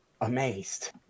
amazed